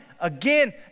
again